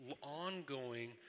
ongoing